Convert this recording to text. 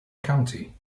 county